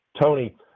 Tony